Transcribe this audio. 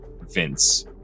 Vince